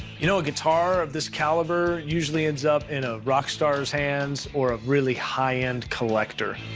you know, a guitar of this caliber usually ends up in a rock star's hands or a really high-end collector.